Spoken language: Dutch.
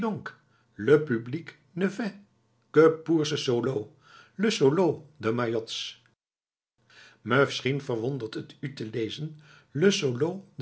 pour ce solo le solo de majsz misschien verwondert het u te lezen